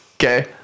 Okay